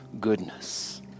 goodness